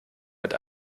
mit